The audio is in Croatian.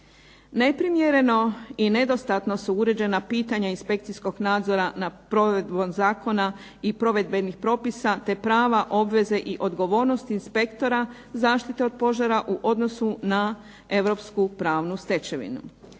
Neprimjereno i nedostatno su uređena pitanja inspekcijskog nadzora nad provedbom zakona i provedbenih propisa te prava, obveze i odgovornosti inspektora zaštite od požara u odnosu na europsku pravnu stečevinu.